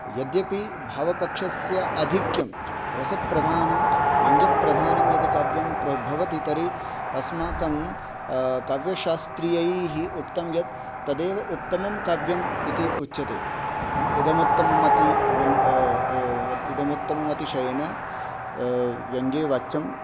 यद्यपि भावपक्षस्य आधिक्यं रसप्रधानं व्यङ्ग्यप्रधानं यदि काव्यं प्रभवति तर्हि अस्माकं कव्यशास्त्रीयैः उक्तं यत् तदेव उत्तमं काव्यम् इति उच्यते इदम् उत्तमम् अति व्यन् इदम् उत्तमम् अतिशयेन व्यङ्गे वाच्यम्